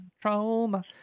Trauma